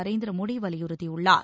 நரேந்திர மோடி வலியுறுத்தியுள்ளார்